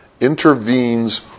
intervenes